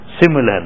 Similarly